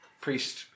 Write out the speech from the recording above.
Priest